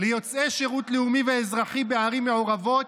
ליוצאי שירות לאומי ואזרחי בערים מעורבות,